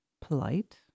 Polite